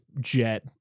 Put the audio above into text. jet